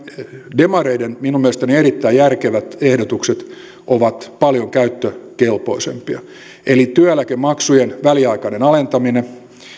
demareiden minun mielestäni erittäin järkevät ehdotukset ovat paljon käyttökelpoisempia eli työeläkemaksujen väliaikainen alentaminen